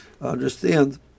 understand